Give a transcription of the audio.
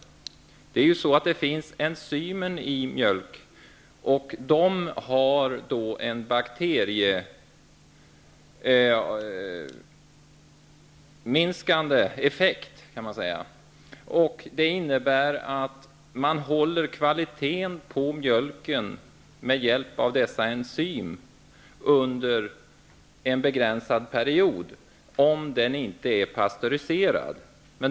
Det finns enzymer i mjölk. De kan sägas ha en bakteriehämmande effekt. Det innebär att man håller kvaliteten på mjölken med hjälp av dessa enzym under en begränsad period om den inte är pastöriserad.